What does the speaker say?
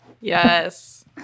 Yes